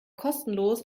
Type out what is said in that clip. kostenlos